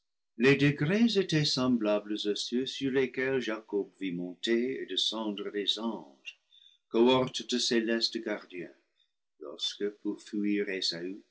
les degrés étaient semblables à ceux sur lesquels jacob vit monter et descendre des anges cohorte de célestes gardiens lorsque pour fuir